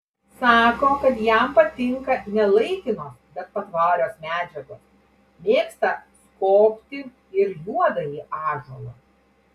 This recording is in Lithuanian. sako kad jam patinka ne laikinos bet patvarios medžiagos mėgsta skobti ir juodąjį ąžuolą